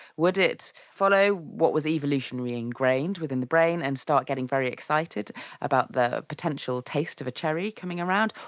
would it follow what was evolutionarily ingrained within the brain and start getting very excited about the potential taste of a cherry coming around,